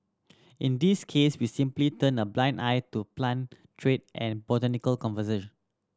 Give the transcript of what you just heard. in this case we simply turned a blind eye to plant trade and botanical conservation